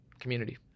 Community